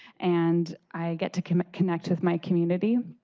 and i get to connect connect with my community.